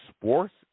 sports